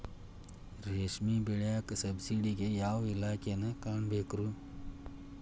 ರೇಷ್ಮಿ ಬೆಳಿಯಾಕ ಸಬ್ಸಿಡಿಗೆ ಯಾವ ಇಲಾಖೆನ ಕಾಣಬೇಕ್ರೇ?